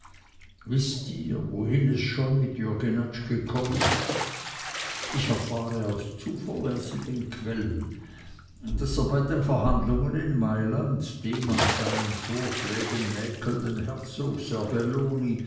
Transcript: wißt ihr wohin es schon mit jürg jenatsch gekommen ist ich erfahre aus zuverlässigen quellen daß er bei den verhandlungen in malland dem an seinen vorschlägen mäkelnden herzog